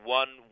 one